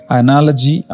analogy